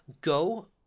go